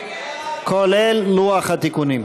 כולל לוח התיקונים.